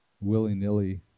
willy-nilly